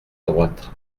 droite